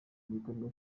gikorwa